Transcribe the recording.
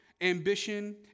ambition